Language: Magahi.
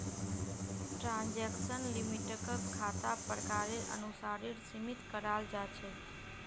ट्रांजेक्शन लिमिटक खातार प्रकारेर अनुसारेर सीमित कराल जा छेक